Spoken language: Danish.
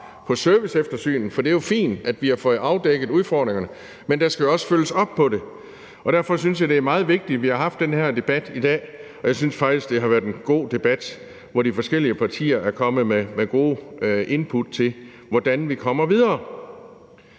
på serviceeftersynet, for det er jo fint, at vi har fået afdækket udfordringerne, men der skal også følges op på det. Derfor synes jeg, det er meget vigtigt, at vi har haft den her debat i dag, og jeg synes faktisk, det har været en god debat, hvor de forskellige partier er kommet med gode input til, hvordan vi kommer videre.